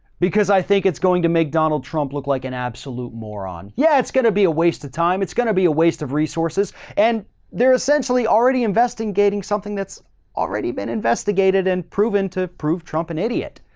because i think it's going to make donald trump look like an absolute moron. yeah, it's going to be a waste of time. it's going to be a waste of resources and they're essentially already investing, gating, something that's already been investigated and proven to prove trump an idiot.